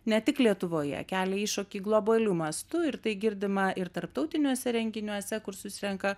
ne tik lietuvoje kelia iššūkį globaliu mastu ir tai girdima ir tarptautiniuose renginiuose kur susirenka